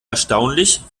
erstaunlich